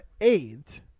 eight